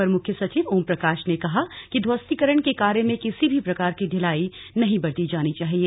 अपर मुख्य सचिव ओम प्रकाश ने कहा कि ध्वस्तीकरण के कार्य में किसी भी प्रकार की ढिलाई नही बरती जानी चाहिए